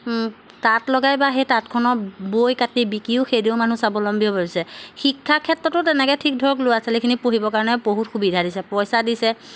তাঁত লগাই বা সেই তাঁতখনৰ বৈ কাটি বিকিও সেই দিও মানুহ স্বাৱলম্বী হ'ব ধৰিছে শিক্ষাৰ ক্ষেত্ৰতো তেনেকৈ ঠিক ধৰক ল'ৰা ছোৱালীখিনি পঢ়িবৰ কাৰণে বহুত সুবিধা দিছে পইচা দিছে